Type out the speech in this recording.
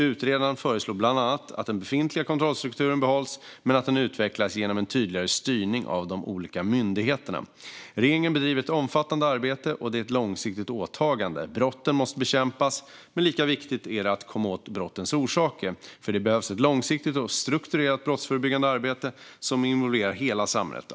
Utredaren föreslår bland annat att den befintliga kontrollstrukturen behålls men att den utvecklas genom en tydligare styrning av de olika myndigheterna. Regeringen bedriver ett omfattande arbete - och det är ett långsiktigt åtagande. Brotten måste bekämpas men lika viktigt är det att komma åt brottens orsaker, för det behövs ett långsiktigt och strukturerat brottsförebyggande arbete som involverar hela samhället.